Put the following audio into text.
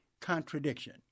contradiction